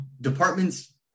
departments